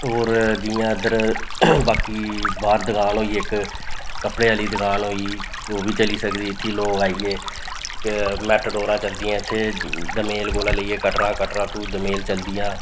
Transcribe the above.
होर जियां इद्धर बाकी बाह्र दकान होई गेई इक कपड़े आह्ली दुकान होई गेई ओह् बी चली सकदी इत्थे लोग आइयै क मेटाडोरां चलदियां इत्थें दमेल दा लेइयै कटरा कटरा टू दमेल चलदियां